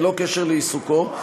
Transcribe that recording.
בלא קשר לעיסוקו,